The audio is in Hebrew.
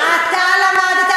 אתה למדת,